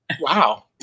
Wow